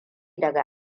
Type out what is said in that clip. daga